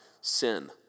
sin